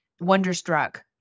Wonderstruck